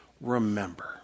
remember